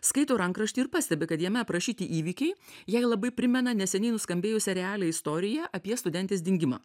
skaito rankraštį ir pastebi kad jame aprašyti įvykiai jai labai primena neseniai nuskambėjusią realią istoriją apie studentės dingimą